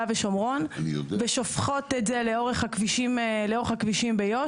ושומרון ושופכות את זה לאורך הכבישים ביו"ש.